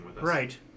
Right